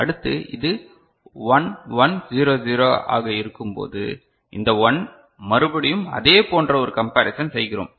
அடுத்து இது 1 1 0 0 ஆக இருக்கும்போது இந்த 1 மறுபடியும் அதே போன்ற ஒரு கம்பரிசன் செய்கிறோம்